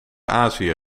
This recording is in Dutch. azië